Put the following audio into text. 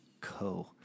co